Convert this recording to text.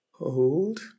Hold